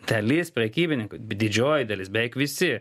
dalis prekybininkų didžioji dalis beveik visi